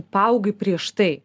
paaugai prieš tai